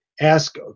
ask